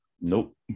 Nope